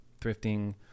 thrifting